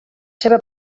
seva